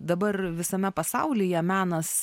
dabar visame pasaulyje menas